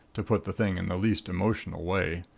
to put the thing in the least emotional way.